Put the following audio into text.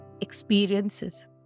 experiences